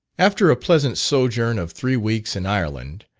after a pleasant sojourn of three weeks in ireland,